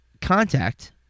Contact